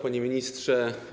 Panie Ministrze!